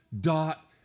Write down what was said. dot